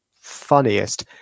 funniest